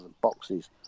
boxes